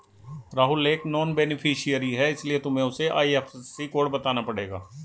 राहुल एक non beneficiary है इसीलिए तुम्हें उसे आई.एफ.एस.सी कोड बताना पड़ेगा